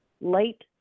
late